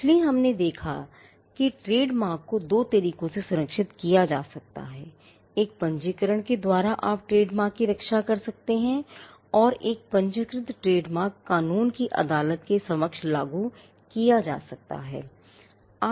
इसलिए हमने देखा है कि ट्रेडमार्क को दो तरीकों से संरक्षित किया जा सकता है एक पंजीकरण के द्वारा आप ट्रेडमार्क की रक्षा कर सकते हैं और एक पंजीकृत ट्रेडमार्क कानून की अदालत के समक्ष लागू किया जा सकता है